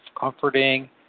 comforting